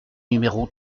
numéro